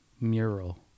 mural